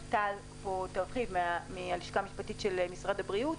תרחיב טל מהלשכה המשפטית של משרד הבריאות